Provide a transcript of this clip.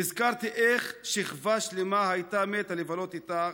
נזכרתי איך שכבה שלמה הייתה מתה לבלות איתך,